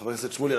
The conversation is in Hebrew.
חבר הכנסת שמולי,